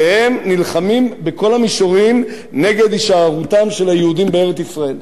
שהם נלחמים בכל המישורים נגד הישארותם של היהודים בארץ-ישראל,